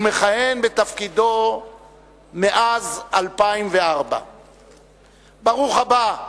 ומכהן בתפקיד מאז 2004. ברוך הבא,